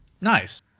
Nice